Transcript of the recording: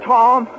Tom